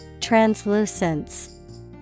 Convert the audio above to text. Translucence